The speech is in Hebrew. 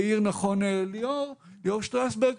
העיר נכון ליאור שטרסברג.